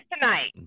tonight